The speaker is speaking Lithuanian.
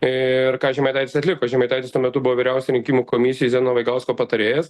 ir ką žemaitaitis atliko žemaitaitis tuo metu buvo vyriausioj rinkimų komisijoj zenono vaigausko patarėjas